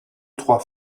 trois